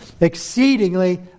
exceedingly